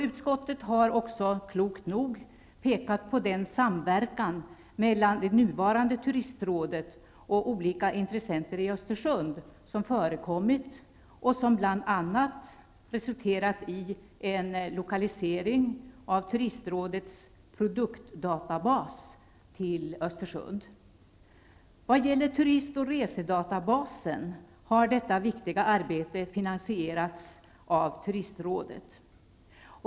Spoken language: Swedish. Utskottet har också, klokt nog, pekat på den samverkan mellan det nuvarande Turistrådet och olika intressenter i Östersund som förekommit och som bl.a. resulterat i en lokalisering av Turistrådets produktdatabas till Östersund. Vad gäller turistoch resedatabasen har detta viktiga arbete finansierats av Turistrådet.